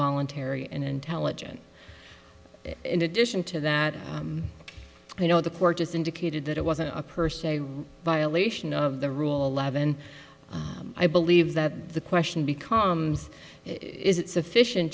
voluntary and intelligent in addition to that you know the court has indicated that it wasn't a person a violation of the rule eleven i believe that the question becomes is it sufficient